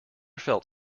felt